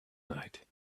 night